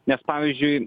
nes pavyzdžiui